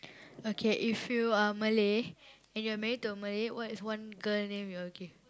okay if you are Malay and you are married to a Malay what's one girl name you will give